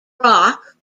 rock